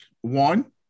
One